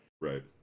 right